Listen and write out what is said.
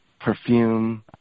perfume